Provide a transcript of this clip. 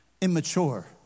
Immature